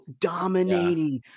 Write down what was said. dominating